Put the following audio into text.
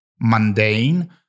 mundane